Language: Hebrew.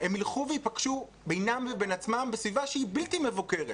הם ילכו וייפגשו בינם לבין עצמם בסביבה שהיא בלתי מבוקרת.